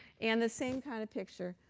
and the same kind of picture,